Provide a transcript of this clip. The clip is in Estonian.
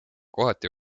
kohati